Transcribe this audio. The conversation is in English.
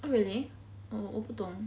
oh really oh 我不懂